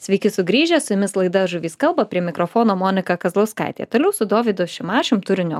sveiki sugrįžę su jumis laida žuvys kalba prie mikrofono monika kazlauskaitė toliau su dovydu šimašium turinio